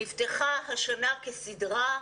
נפתחה השנה כסדרה.